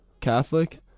Catholic